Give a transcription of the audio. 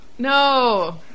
No